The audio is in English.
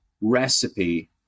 recipe